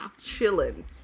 chilling